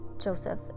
Joseph